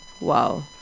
Wow